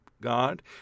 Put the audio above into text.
God